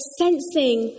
sensing